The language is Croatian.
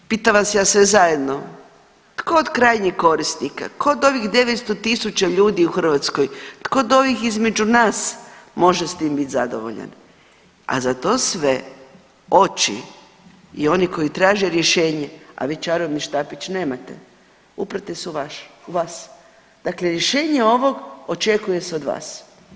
Pitam vas ja sve zajedno, tko od krajnjih korisnika, tko od ovih 900 tisuća ljudi u Hrvatskoj, tko od ovih između nas može s tim bit zadovoljan, a za to sve oči i oni koji traže rješenje, a vi čarobni štapić nemate, uprte su u vas, dakle rješenje ovog očekuje se od vas.